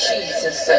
Jesus